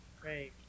Great